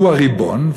שהוא הריבון,